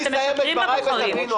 אני אסיים את דבריי ותבינו.